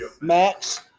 max